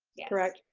correct?